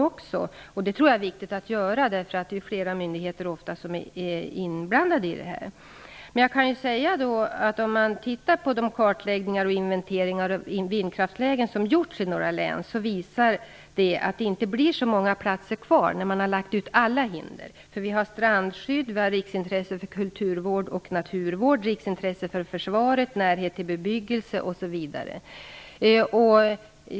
Det är viktigt att föra en diskussion, eftersom det ofta är flera myndigheter som är inblandade. Det har gjorts kartläggningar och inventeringar av de vindkraftverk som finns i några län. De visar att det inte återstår så många ställen när man har tagit hänsyn till alla hinder. Vi har strandskydd, riksintresse för kulturvård och naturvård, riksintresse för försvaret, närhet till bebyggelse osv.